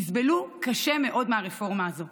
יסבלו קשה מאוד מהרפורמה הזאת.